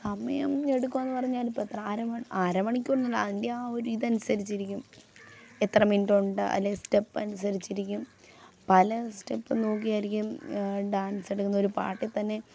സമയം എടുക്കോന്ന് പറഞ്ഞാൽ ഇപ്പോൾ എത്ര അരമണി അരമണിക്കൂറിനുള്ളിൽ അതിൻറ്റെ ആ ഒരിത് അനുസരിച്ചിരിക്കും എത്ര മിനിറ്റൊണ്ട് അല്ലെ സ്റ്റെപ്പ് അനുസരിച്ചിരിക്കും പല സ്റ്റെപ് നോക്കിയായിരിക്കും ഡാൻസ് എടുക്കുന്ന ഒരു പാട്ടിൽ തന്നെ